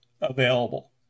available